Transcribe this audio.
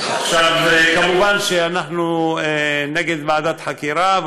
מובן שאנחנו נגד ועדת חקירה.